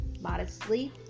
modestly